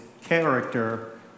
character